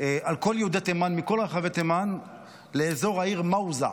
על כל יהודי תימן מכל רחבי תימן לאזור העיר מוזע,